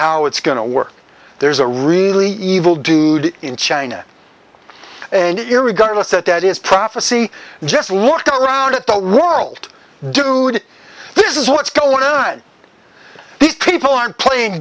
how it's going to work there's a really evil dude in china and irregardless that that is prophecy just look around the world dude this is what's going on these people aren't playing